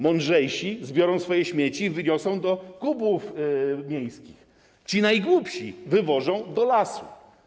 Mądrzejsi zbierają swoje śmieci i wynoszą do kubłów miejskich, najgłupsi wywożą je do lasu.